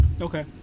Okay